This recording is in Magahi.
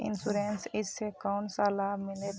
इंश्योरेंस इस से कोन सा लाभ मिले है?